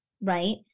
right